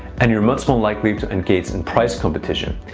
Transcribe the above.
and you're much more likely to engage in price competition.